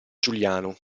giuliano